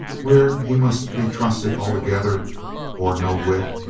where he must be trusted altogether or no whit,